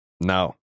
No